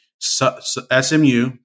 SMU